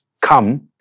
come